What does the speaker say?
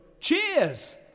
Cheers